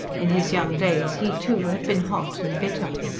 in his young days, he, too, had been hot and bitter.